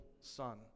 son